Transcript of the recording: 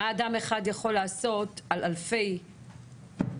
מה אדם אחד יכול לעשות כשיש אלפי מפוקחים?